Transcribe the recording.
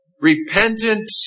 repentant